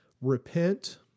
repent